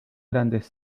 grandes